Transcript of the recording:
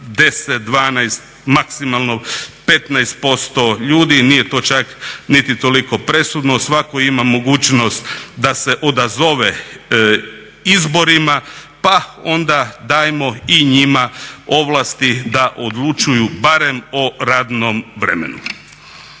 10, 12 maksimalno 15% ljudi, nije to čak niti toliko presudno, svatko ima mogućnost da se odazove izborima pa onda dajmo i njima ovlasti da odlučuju barem o radnom vremenu.